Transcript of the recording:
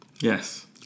Yes